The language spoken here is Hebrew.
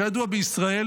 כידוע, בישראל